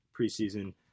preseason